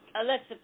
Alexa